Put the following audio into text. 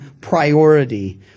priority